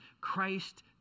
Christ